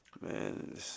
Man